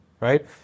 right